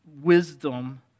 Wisdom